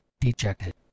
dejected